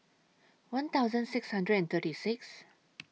one thousand six hundred and thirty six